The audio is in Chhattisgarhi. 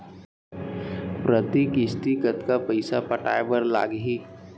प्रति किस्ती कतका पइसा पटाये बर लागही?